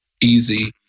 easy